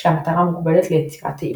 כשהמטרה מוגבלת ליצירת תאימות.